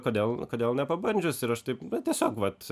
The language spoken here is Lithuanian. kodėl kodėl nepabandžius ir aš taip na tiesiog vat